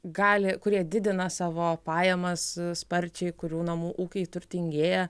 gali kurie didina savo pajamas sparčiai kurių namų ūkiai turtingėja